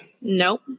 Nope